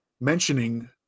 mentioning